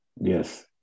Yes